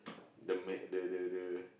the ma~ the the the